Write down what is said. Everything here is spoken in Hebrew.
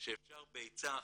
שאפשר בעצה אחת,